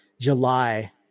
July